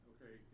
Okay